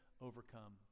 overcome